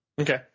Okay